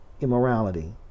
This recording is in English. immorality